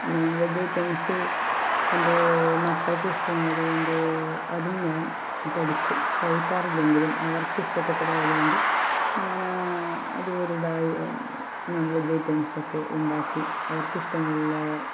non veg items എൻ്റെ മക്കൾക്ക് ഇഷ്ടമായതു കൊണ്ട് അതും ഞാൻ പഠിച്ചു കഴിക്കാറില്ലെങ്കിലും അവർക്ക് ഇഷ്ടപെട്ടതായത് കൊണ്ട് ഞാൻ ആ അതുപോലുള്ള നോൺ വെജ് ഐറ്റംസൊക്കെ ഉണ്ടാക്കി അവർക്ക് ഇഷ്ടമുള്ള